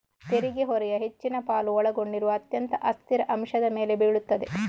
ತೆರಿಗೆ ಹೊರೆಯ ಹೆಚ್ಚಿನ ಪಾಲು ಒಳಗೊಂಡಿರುವ ಅತ್ಯಂತ ಅಸ್ಥಿರ ಅಂಶದ ಮೇಲೆ ಬೀಳುತ್ತದೆ